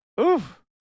Oof